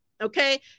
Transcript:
okay